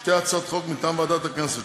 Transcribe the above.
שתי הצעות חוק מטעם ועדת הכנסת.